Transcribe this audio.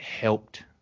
helped